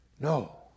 No